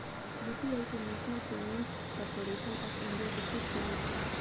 UPI कें national payments corporation of India विकसित केने छै